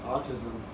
Autism